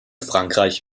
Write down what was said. frankreich